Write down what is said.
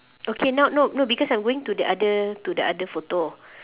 okay now no no because I'm going to the other to the other photo